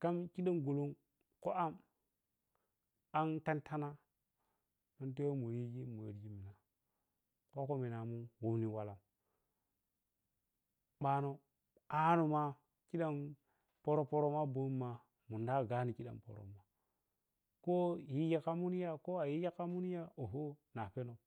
kham khilin gulum kho am an tantama khok kho minah mun ɓanoh anoh ma khidan pərə pərə ma bomi ma munda gane kho yiji khamunu kho ayi khamunu ya oho na phenan.